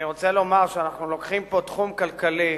אני רוצה לומר שאנחנו לוקחים פה תחום כלכלי